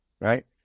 right